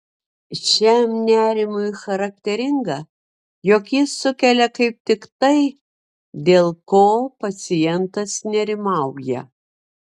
šiam nerimui charakteringa jog jis sukelia kaip tik tai dėl ko pacientas nerimauja